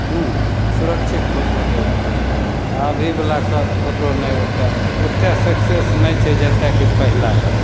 हुँ सुरक्षित फोटो दै रहै अभीवला तऽ फोटो नहि ओतेक ओतेक सक्सेस नहि छै जतेक कि पहिले रहै